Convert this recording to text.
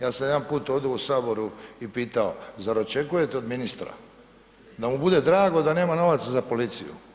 Ja sam jedanput ovdje u HS i pitao zar očekujete od ministra da mu bude drago da nema novaca za policiju?